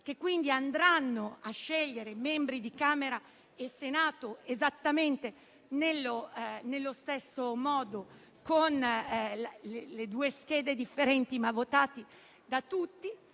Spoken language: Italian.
che quindi andranno a scegliere i membri di Camera e Senato esattamente nello stesso modo, con due schede differenti, ma votati da tutti,